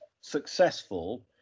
successful